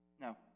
No